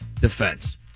defense